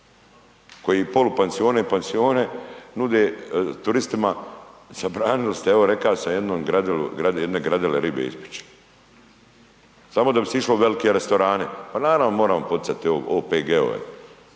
koji polupansione i pansione nude turistima. Zabranili ste evo rekao sam jedne gradele ribe ispeći samo da bi se išlo u velike restorane. Pa naravno, moramo poticati OPG-ove.